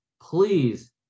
Please